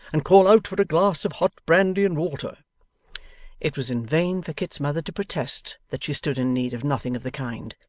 and call out for a glass of hot brandy and water it was in vain for kit's mother to protest that she stood in need of nothing of the kind.